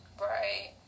Right